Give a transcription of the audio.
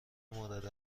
مورد